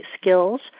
skills